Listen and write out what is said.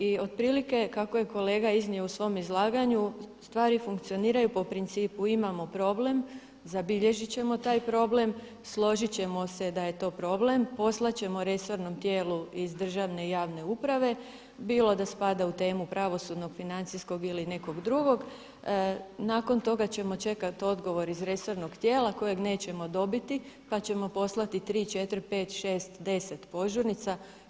I otprilike kako je kolega iznio u svom izlaganju stvari funkcioniraju po principu imamo problem, zabilježiti ćemo taj problem, složiti ćemo se da je to problem, poslati ćemo resornom tijelu iz državne i javne uprave, bilo da spada u temu pravosudnog financijskog ili nekog drugog, nakon toga ćemo čekati odgovor iz resornog tijela kojeg nećemo dobiti pa ćemo poslati 3, 4, 5, 6, 10 požurnica.